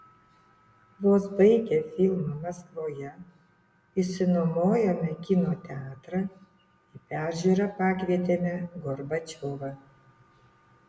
vos baigę filmą maskvoje išsinuomojome kino teatrą į peržiūrą pakvietėme gorbačiovą